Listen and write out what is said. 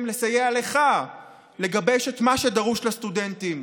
לסייע לך לגבש את מה שדרוש לסטודנטים,